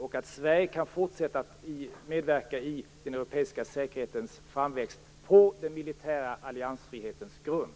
Sverige kan fortsätta att medverka i den europeiska säkerhetens framväxt på den militära alliansfrihetens grund.